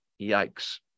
Yikes